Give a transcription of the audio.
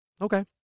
Okay